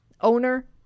owner